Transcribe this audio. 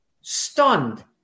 stunned